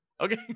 okay